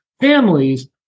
families